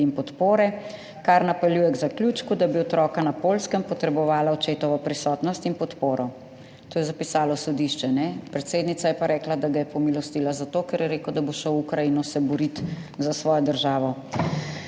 (nadaljevanje) k zaključku, da bi otroka na Poljskem potrebovala očetovo prisotnost in podporo. To je zapisalo sodišče. Predsednica je pa rekla, da ga je pomilostila zato, ker je rekel, da bo šel v Ukrajino se boriti za svojo državo.